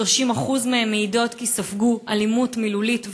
30% מהן מעידות כי ספגו אלימות מילולית ופיזית,